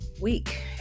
week